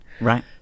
right